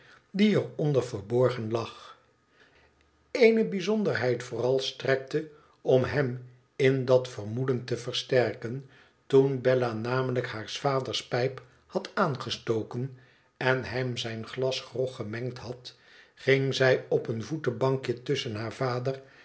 die er onder verborgen lag eene bijzonderheid vooral strekte om hem in dat vermoeden te versterken toen bella namelijk haars vaders pijp had aangestoken en hem zijn glas grog gemengd had ng zij op een voetbankje tusschen haar vader